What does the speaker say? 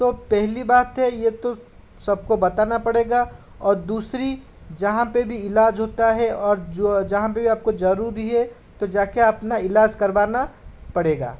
तो पहली बात है यह तो सबको बताना पड़ेगा और दूसरी जहाँ पर भी इलाज़ होता है और जो जहाँ पर भी आपको ज़रूरी है तो जाकर आपना इलाज़ करवाना पड़ेगा